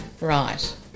right